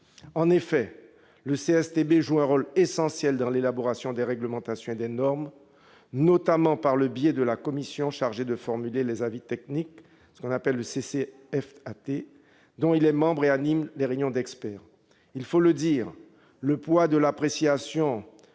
En effet, ce dernier joue un rôle essentiel dans l'élaboration des réglementations et des normes, notamment par le biais de la Commission chargée de formuler les avis techniques, la CCFAT, dont il est membre et dont il anime les réunions d'experts. Il faut le dire, le poids de l'appréciation